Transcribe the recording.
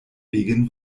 wegen